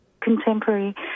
contemporary